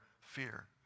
fear